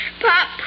Pop